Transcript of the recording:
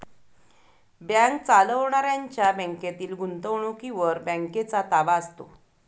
bank चालवणाऱ्यांच्या बँकेतील गुंतवणुकीवर बँकेचा ताबा असतो